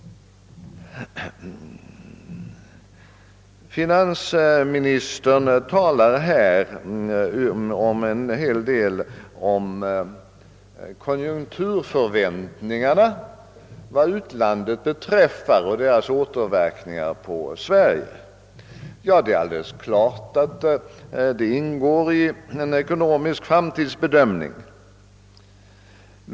Finansministern nämnde en hel del om konjunkturförväntningarna vad utlandet beträffar och deras återverkningar i Sverige, och det är alldeles klart att sådant ingår i en ekonomisk framtidsbedömning.